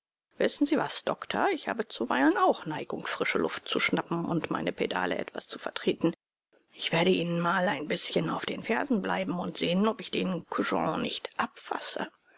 wissen sie was doktor ich habe zuweilen auch neigung frische luft zu schnappen und meine pedale etwas zu vertreten ich werde ihnen mal ein bißchen auf den fersen bleiben und sehen ob ich den kujon nicht abfasse